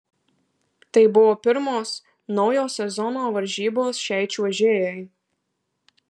tai buvo pirmos naujo sezono varžybos šiai čiuožėjai